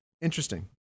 Interesting